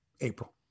April